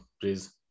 please